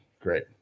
Great